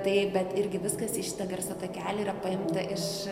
tai bet irgi viskas į šitą garso takelį yra paimta iš